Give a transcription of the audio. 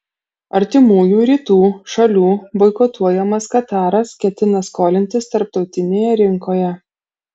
artimųjų rytų šalių boikotuojamas kataras ketina skolintis tarptautinėje rinkoje